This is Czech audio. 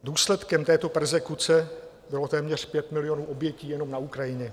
Důsledkem této perzekuce bylo téměř 5 milionů obětí jenom na Ukrajině.